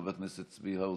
חבר הכנסת צבי האוזר,